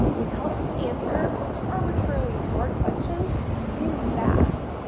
we help you answer arbitrarily hard questions really fast.